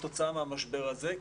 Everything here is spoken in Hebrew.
כתוצאה מהמשבר הזה,